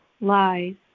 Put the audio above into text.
lies